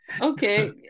Okay